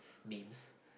memes